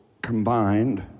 Combined